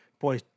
Boy